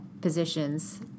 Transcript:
positions